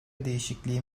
değişikliği